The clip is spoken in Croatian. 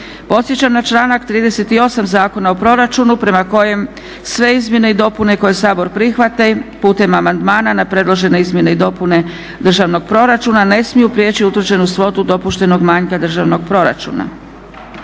Podsjećam na članak 38. Zakona o proračunu prema kojem sve izmjene i dopune koje Sabor prihvati putem amandmana na predložene izmjene i dopune državnog proračuna ne smiju prijeći utvrđenu svotu dopuštenog manjka državnog proračuna.